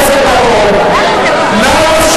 חבר הכנסת בר-און, אתה לא יכול, נא לשבת.